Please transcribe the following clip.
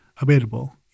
available